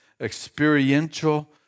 experiential